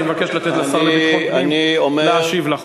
אני מבקש לתת לשר לביטחון הפנים להשיב לך.